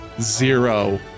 Zero